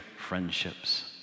friendships